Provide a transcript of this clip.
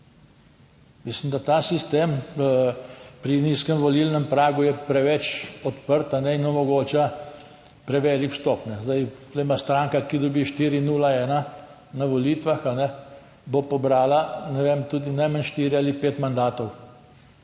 Mislim, da ta sistem pri nizkem volilnem pragu je preveč odprt in omogoča prevelik vstop. Zdaj, tu ima stranka, ki dobi 401 na volitvah, bo pobrala, ne vem, tudi najmanj štiri ali pet mandatov.